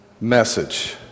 message